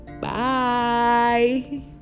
bye